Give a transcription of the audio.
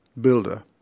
builder